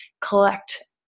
collect